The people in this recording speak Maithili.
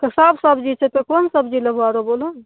तऽ सभ सबजी छै तऽ कोन सबजी लेबहो आरो बोलहो ने